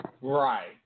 Right